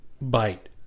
bite